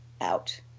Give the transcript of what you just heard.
out